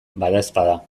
badaezpada